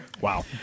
Wow